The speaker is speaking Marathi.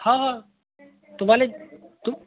हा तुम्हाला त